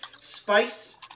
Spice